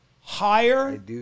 higher